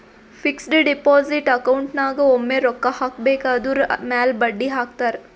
fixed deposit account ನಾಗ್ ಒಮ್ಮೆ ರೊಕ್ಕಾ ಹಾಕಬೇಕ್ ಅದುರ್ ಮ್ಯಾಲ ಬಡ್ಡಿ ಹಾಕ್ತಾರ್